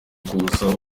kuzaba